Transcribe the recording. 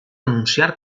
anunciar